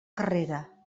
carrera